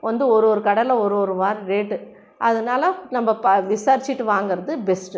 வந்து ஒரு ஒரு கடையில் ஒரு ஒரு மாதிரி ரேட்டு அதனால நம்ம ப விசாரிச்சிட்டு வாங்குறது பெஸ்ட்டு